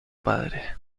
padre